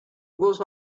goes